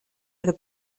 ihre